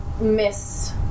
miss